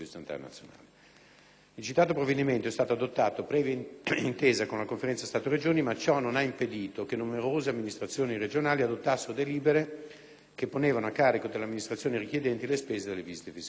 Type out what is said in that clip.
Il citato provvedimento è stato adottato previa intesa con la Conferenza Stato-Regioni, ma ciò non ha impedito che numerose amministrazioni regionali adottassero delibere che ponevano a carico delle amministrazioni richiedenti le spese delle visite fiscali.